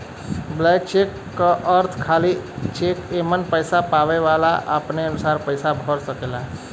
blank cheque क अर्थ खाली चेक एमन पैसा पावे वाला अपने अनुसार पैसा भर सकेला